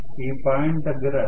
ఈ పాయింట్ దగ్గర ఇది 0